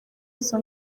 izo